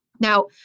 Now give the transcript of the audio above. Now